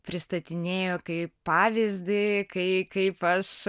pristatinėjo kaip pavyzdį kai kaip aš